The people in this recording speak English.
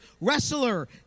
wrestler